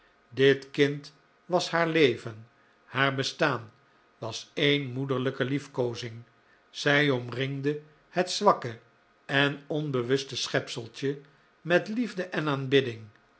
dit kind was haar leven haar bestaan was een moederlijke liefkoozing zij omringde het zwakke en onbewuste schepseltje met liefde en aanbidding